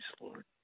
Lord